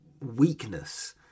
weakness